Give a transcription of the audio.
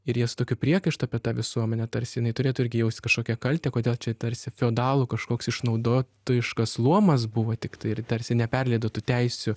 ir jie su tokiu priekaištu apie tą visuomenę tarsi jinai turėtų irgi jaust kažkokią kaltę kodėl čia tarsi feodalų kažkoks išnaudotojiškas luomas buvo tiktai ir tarsi neperleido tų teisių